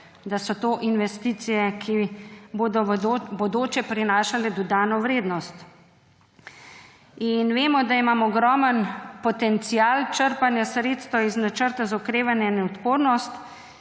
da so to investicije, ki bodo v bodoče prinašale dodano vrednost. Vemo, da imamo ogromen potencial črpanja sredstev iz Načrta za okrevanje in odpornost,